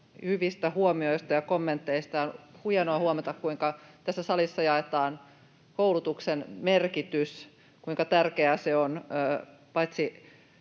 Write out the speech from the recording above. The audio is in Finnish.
hyvistä huomioista ja kommenteista. On hienoa huomata, kuinka tässä salissa jaetaan koulutuksen merkitys, kuinka se on paitsi